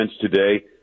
today